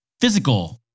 physical